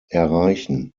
erreichen